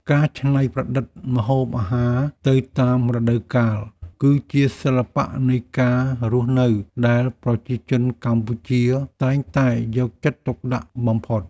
ការច្នៃប្រឌិតម្ហូបអាហារទៅតាមរដូវកាល គឺជាសិល្បៈនៃការរស់នៅដែលប្រជាជនកម្ពុជាតែងតែយកចិត្តទុកដាក់បំផុត។